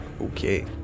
okay